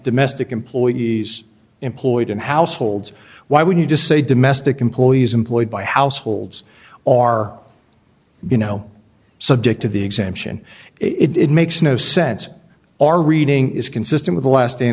domestic employees employed in households why would you just say domestic employees employed by households are you know subject to the exemption it makes no sense or reading is consistent with the last